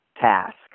task